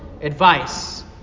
advice